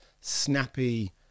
snappy